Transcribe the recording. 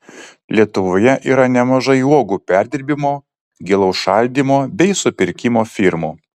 lietuvoje yra nemažai uogų perdirbimo gilaus šaldymo bei supirkimo firmų